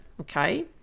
okay